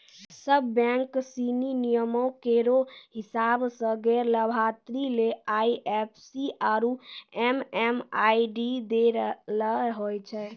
सब बैंक सिनी नियमो केरो हिसाब सें गैर लाभार्थी ले आई एफ सी आरु एम.एम.आई.डी दै ल होय छै